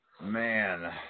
Man